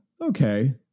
okay